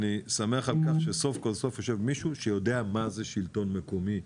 אני שמח על כך שסוף כל סוף יודע מישהו שיודע מה זה שלטון מקומי,